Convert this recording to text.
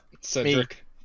Cedric